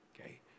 okay